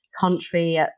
country